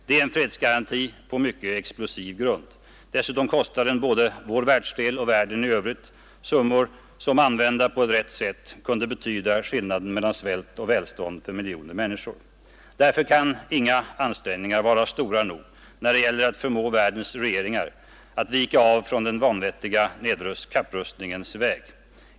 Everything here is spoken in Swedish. Det är en fredsgaranti på mycket explosiv grund. Dessutom kostar den både vår världsdel och världen i övrigt summor, som — använda på rätt sätt — kunde betyda skillnaden mellan svält och välstånd för miljoner människor. Därför kan inga ansträngningar vara stora nog när det gäller att förmå världens regeringar att vika av från den vanvettiga kapprustningens väg.